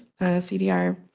CDR